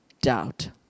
doubt